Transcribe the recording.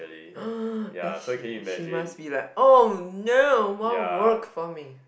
then she she must be like oh no more work for me